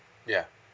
ya